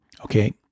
Okay